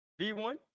V1